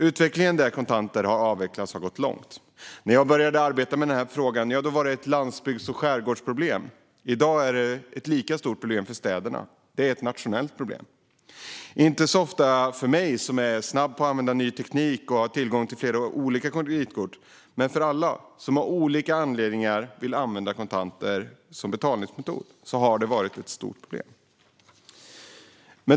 Utvecklingen med avveckling av kontanter har gått långt. När jag började arbeta med den här frågan var det ett landsbygds och skärgårdsproblem. I dag är det ett lika stort problem för städerna. Det är ett nationellt problem. Det är inte så ofta ett problem för mig, som är snabb med att använda ny teknik och har tillgång till flera olika kreditkort. Men för alla som av olika anledningar vill använda kontanter som betalningsmetod har det varit ett stort problem.